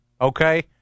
okay